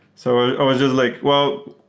so i was just like, well,